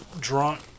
drunk